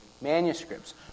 manuscripts